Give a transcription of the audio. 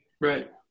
Right